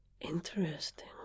Interesting